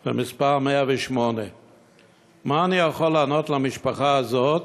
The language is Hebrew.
מס' 108. מה אני יכול לענות למשפחה הזאת